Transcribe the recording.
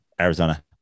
Arizona